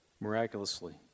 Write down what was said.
miraculously